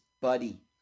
buddy